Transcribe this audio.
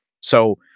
So-